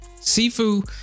Sifu